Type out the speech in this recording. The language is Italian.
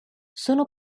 sono